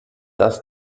das